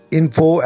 info